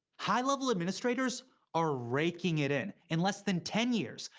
high level administrators are raking it in. in less than ten years,